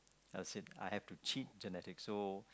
I said I have to cheat genetics so